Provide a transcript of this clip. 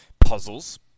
puzzles